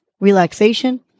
relaxation